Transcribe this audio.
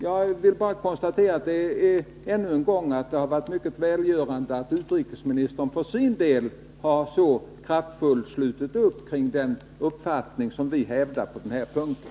Jag vill bara konstatera ännu en gång att det var mycket välgörande att utrikesministern för sin del så kraftfullt slöt upp kring den uppfattning som vi hävdar på den här punkten.